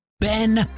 Ben